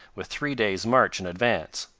with three days' march in advance.